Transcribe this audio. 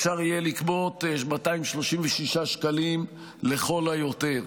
אפשר יהיה לגבות 236 שקלים לכל היותר.